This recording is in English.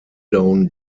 down